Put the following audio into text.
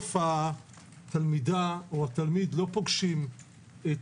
ובסוף התלמידה או התלמיד לא פוגשים את